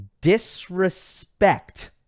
disrespect